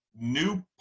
new